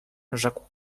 rzekł